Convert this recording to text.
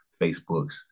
Facebooks